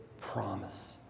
promise